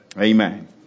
Amen